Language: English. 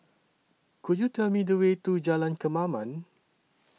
Could YOU Tell Me The Way to Jalan Kemaman